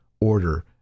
order